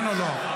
כן או לא?